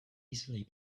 easily